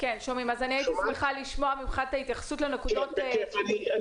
את ההתייחסות לנקודות האלה.